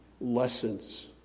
lessons